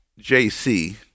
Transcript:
JC